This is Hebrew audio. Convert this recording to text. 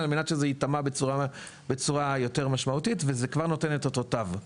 על מנת שזה ייטמע בצורה יותר משמעותית וזה כבר נותן את אותותיו.